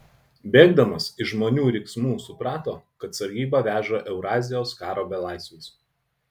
bėgdamas iš žmonių riksmų suprato kad sargyba veža eurazijos karo belaisvius